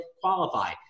qualify